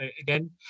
again